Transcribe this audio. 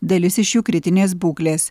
dalis iš jų kritinės būklės